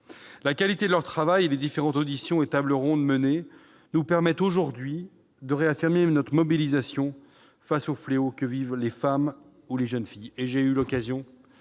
La qualité de ces travaux et les différentes auditions et tables rondes qui se sont tenues nous permettent, aujourd'hui, de réaffirmer notre mobilisation face aux fléaux que vivent les femmes et les jeunes filles.